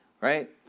right